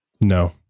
No